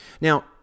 Now